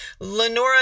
Lenora